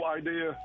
idea